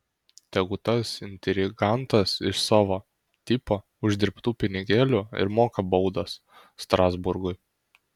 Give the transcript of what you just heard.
tegu tas intrigantas iš savo tipo uždirbtų pinigėlių ir moka baudas strasburgui